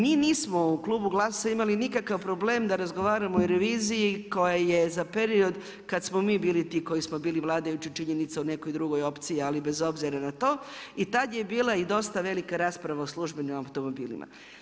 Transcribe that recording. Mi nismo u klubu GLAS-a imali nikakav problem da razgovaramo o reviziji koja je za period kada smo mi bili ti koji smo bili vladajući, činjenica u nekoj drugoj opciji ali bez obzira na to i tada je bila i dosta velika rasprava o službenim automobilima.